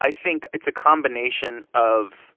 i think it's a combination of